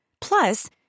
Plus